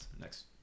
next